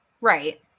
Right